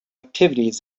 activities